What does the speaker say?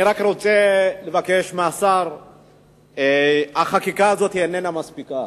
אני רק רוצה לבקש מהשר, החקיקה הזאת איננה מספיקה.